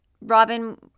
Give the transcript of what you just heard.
Robin